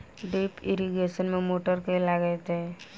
Drip irrigation मे motor केँ लागतै?